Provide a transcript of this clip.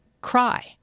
cry